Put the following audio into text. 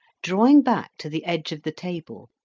drawing back to the edge of the table,